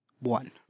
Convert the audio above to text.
One